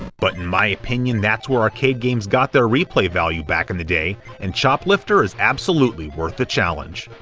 but in my opinion, that's where arcade games got their replay value back in the day, and choplifter is absolutely worth the challenge.